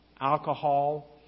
alcohol